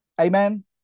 Amen